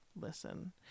listen